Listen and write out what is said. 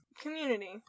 Community